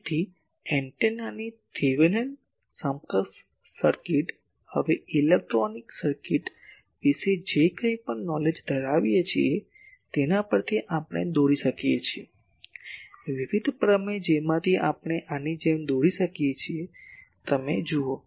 તેથી આ એન્ટેનાની થેવેનિનની સમકક્ષ સર્કિટ અમે ઇલેક્ટ્રોનિક સર્કિટ્સ વિશે જે કંઈપણ નોલેજ ધરાવીએ છીએ તેના પરથી આપણે દોરી શકીએ છીએ વિવિધ પ્રમેય જેમાંથી આપણે આની જેમ દોરી શકીએ છીએ તમે જુઓ